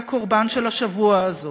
היא הקורבן של השבוע הזה.